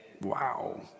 Wow